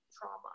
trauma